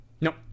Nope